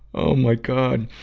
oh my god.